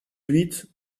huit